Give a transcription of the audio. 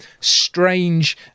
strange